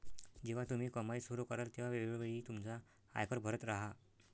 जेव्हा तुम्ही कमाई सुरू कराल तेव्हा वेळोवेळी तुमचा आयकर भरत राहा